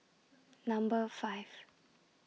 Number five